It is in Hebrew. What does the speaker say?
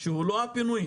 שהוא לא הפינויים,